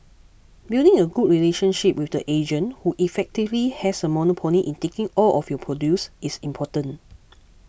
building a good relationship with the agent who effectively has a monopoly in taking all of your produce is important